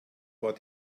war